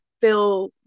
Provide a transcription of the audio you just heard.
feel